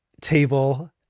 table